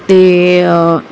ते